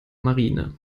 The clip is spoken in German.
marine